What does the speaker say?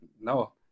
no